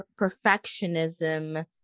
perfectionism